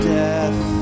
death